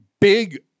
big